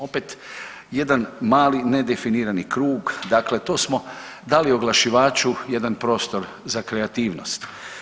Opet jedan mali nedefinirani krug, dakle to smo dali oglašivaču jedan prostor za kreativnost.